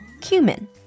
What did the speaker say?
cumin